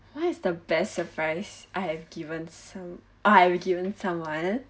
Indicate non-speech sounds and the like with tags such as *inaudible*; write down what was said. what is the best surprise I have given so I've given someone *breath*